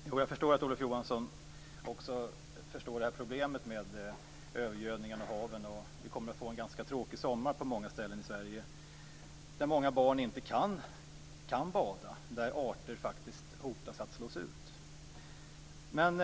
Herr talman! Jag förstår att Olof Johansson också förstår problemet med övergödningen av haven. Vi kommer att få en ganska tråkig sommar på många ställen i Sverige, där barn inte kan bada och där arter hotas att slås ut.